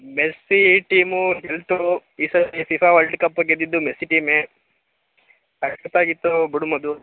Messi ಈ team ಗೆಲ್ತಾರೋ ಈ ಸಲ ಫಿಫಾ ವಲ್ಡ್ ಕಪ್ ಗೆದ್ದಿದ್ದು ಮೆಸ್ಸಿ ಟೀಮೆ ಸಖತ್ತಾಗಿತ್ತು ಬಿಡು ಮದು